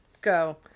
Go